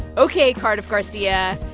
ok, cardiff garcia,